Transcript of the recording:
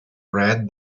red